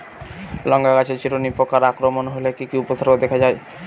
লঙ্কা গাছের চিরুনি পোকার আক্রমণ হলে কি কি উপসর্গ দেখা যায়?